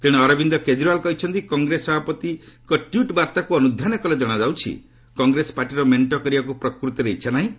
ତେଣେ ଅରବିନ୍ଦ କେଜରିୱାଲ କହିଛନ୍ତି କଂଗ୍ରେସ ସଭାପତିଙ୍କ ଟ୍ୱିଟ୍ ବାର୍ତ୍ତାକୁ ଅନୁଧ୍ୟାନ କଲେ ଜଣାଯାଉଛି କଂଗ୍ରେସ ପାର୍ଟିର ମେଣ୍ଟ କରିବାକୁ ପ୍ରକୃତ ଇଚ୍ଛା ନାହିଁ